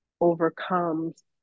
overcomes